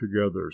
together